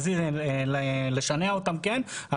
לשנע אותם כן,